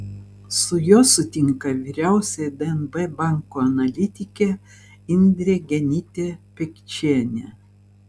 su juo sutinka vyriausioji dnb banko analitikė indrė genytė pikčienė